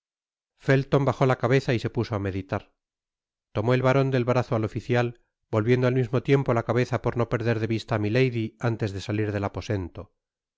felton bajó la cabeza y se puso á meditar tomó el baron del brazo al oficial volviendo al mismo tiempo la cabeza por no perder de vista á milady antes de salir del aposento